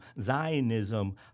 Zionism